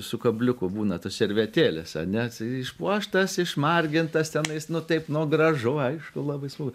su kabliuku būna tos servetėlės ane išpuoštas išmargintas tenais nu taip nu gražu aišku labai smagu